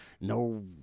No